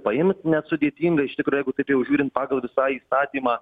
paimt net sudėtinga iš tikro jeigu taip jau žiūrint pagal visą įstatymą